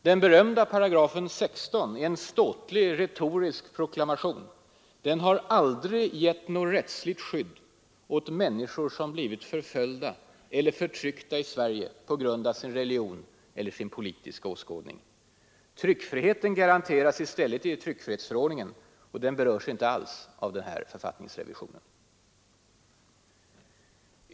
Den berömda paragrafen 16 är en ståtlig, retorisk proklamation — den har aldrig givit något rättsligt skydd åt människor som blivit förföljda eller förtryckta i Sverige på grund av sin religion eller sin politiska åskådning. Tryckfriheten garanteras i stället i tryckfrihetsförordningen, och den berörs inte alls av den här författningsrevisionen.